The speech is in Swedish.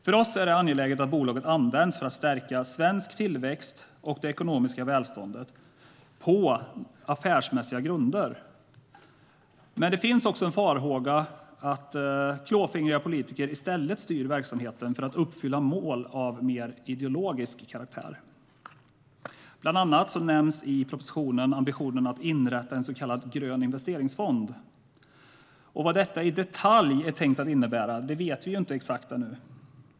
För oss är det angeläget att bolaget används för att stärka svensk till-växt och det ekonomiska välståndet på affärsmässiga grunder, men det finns en farhåga att klåfingriga politiker i stället styr verksamheten för att uppfylla mål av mer ideologisk karaktär. Bland annat nämns i propositionen ambitionen att inrätta en så kallad grön investeringsfond, och vad detta i detalj är tänkt att innebära vet vi inte ännu.